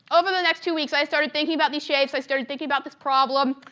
over the next two weeks i started thinking about these shapes, i started thinking about this problem,